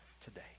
today